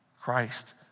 Christ